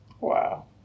Wow